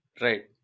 right